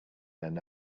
earn